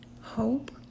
Hope